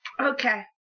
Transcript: Okay